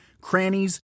crannies